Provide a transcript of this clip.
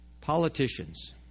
politicians